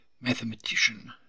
mathematician